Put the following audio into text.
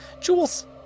Jules